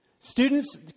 Students